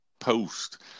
post